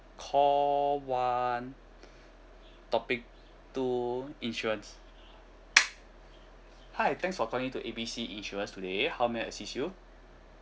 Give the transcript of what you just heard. call one topic two insurance hi thanks for calling in to A B C insurance today how may I assist you